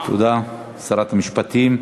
תודה, שרת המשפטים.